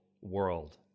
world